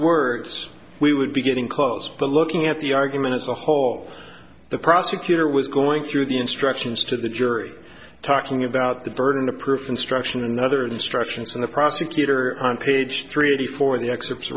words we would be getting close to looking at the argument as a whole the prosecutor was going through the instructions to the jury talking about the burden of proof instruction another instructions from the prosecutor on page three eighty four the excerpts